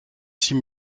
six